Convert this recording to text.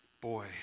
Boy